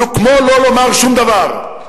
זה כמו לא לומר שום דבר.